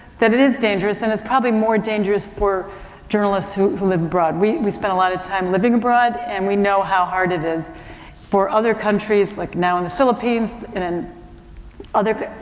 that it is dangerous and it's probably more dangerous for journalists who, who live abroad. we, we spent a lot of time living abroad and we know how hard it is for other countries like now in the philippines and other,